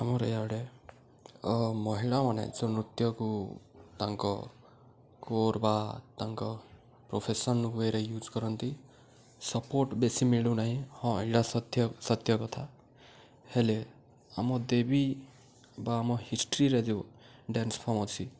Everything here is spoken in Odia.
ଆମର ଇଆଡ଼େ ମହିଳାମାନେ ଯେଉଁ ନୃତ୍ୟକୁ ତାଙ୍କ କୋର ବା ତାଙ୍କ ପ୍ରଫେସନ୍ ୱେରେ ୟୁଜ୍ କରନ୍ତି ସପୋର୍ଟ ବେଶୀ ମିଳୁ ନାହିଁ ହଁ ଏଇଟା ସତ୍ୟ ସତ୍ୟ କଥା ହେଲେ ଆମ ଦେବୀ ବା ଆମ ହିଷ୍ଟ୍ରିରେ ଯେଉଁ ଡ୍ୟାନ୍ସ ଫର୍ମ ଅଛି